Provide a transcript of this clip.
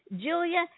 Julia